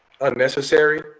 unnecessary